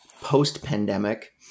post-pandemic